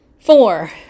Four